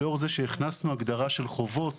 לאור זה שהכנסנו הגדרה של חובות